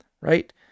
right